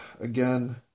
again